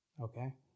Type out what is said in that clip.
okay